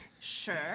Sure